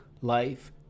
life